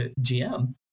GM